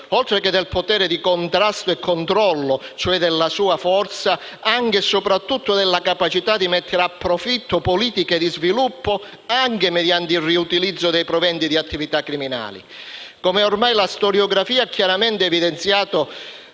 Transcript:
oltre che del potere di contrasto e controllo, cioè della sua forza, anche e soprattutto, della capacità di mettere a profitto politiche di sviluppo anche mediante il riutilizzo dei proventi di attività criminali. Come ormai la storiografia ha chiaramente evidenziato